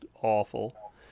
awful